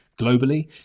globally